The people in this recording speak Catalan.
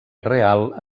real